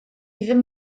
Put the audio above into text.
ddim